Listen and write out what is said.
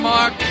Mark